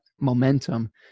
momentum